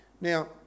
Now